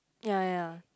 ya ya